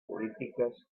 polítiques